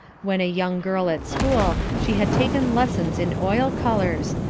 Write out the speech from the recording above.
when a young girl at school, she had taken lessons in oil colours,